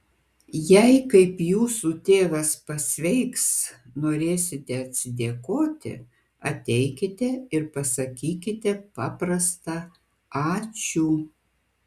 jei kaip jūsų tėvas pasveiks norėsite atsidėkoti ateikite ir pasakykite paprastą ačiū